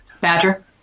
Badger